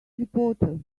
reporter